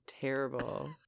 terrible